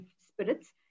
spirits